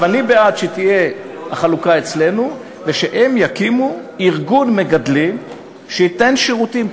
אני בעד שהחלוקה תהיה אצלנו ושהם יקימו ארגון מגדלים שייתן שירותים,